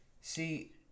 See